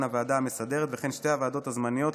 הוועדה המסדרת וכן שתי הוועדות הזמניות,